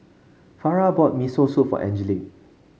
Farrah bought Miso Soup for Angelique